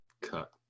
cut